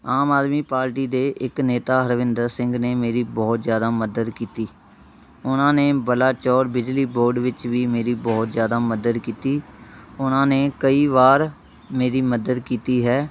ਆਮ ਆਦਮੀ ਪਾਰਟੀ ਦੇ ਇੱਕ ਨੇਤਾ ਹਰਵਿੰਦਰ ਸਿੰਘ ਨੇ ਮੇਰੀ ਬਹੁਤ ਜ਼ਿਆਦਾ ਮਦਦ ਕੀਤੀ ਉਹਨਾਂ ਨੇ ਬਲਾਚੌਰ ਬਿਜਲੀ ਬੋਰਡ ਵਿੱਚ ਵੀ ਮੇਰੀ ਬਹੁਤ ਜ਼ਿਆਦਾ ਮਦਦ ਕੀਤੀ ਉਹਨਾਂ ਨੇ ਕਈ ਵਾਰ ਮੇਰੀ ਮਦਦ ਕੀਤੀ ਹੈ